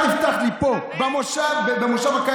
היא באמת התאבדה על הבן שלה.